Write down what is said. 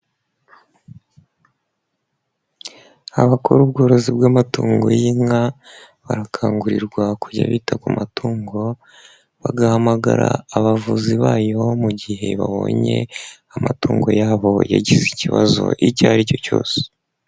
Abakora ubworozi bw'amatungo y'inka, barakangurirwa kujya bita ku matungo, bagahamagara abavuzi bayo mu gihe babonye amatungo yabo yagize ikibazo icyo ari cyo cyose.